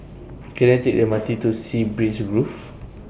Can I Take The M R T to Sea Breeze Grove